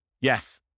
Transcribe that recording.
Yes